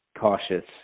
cautious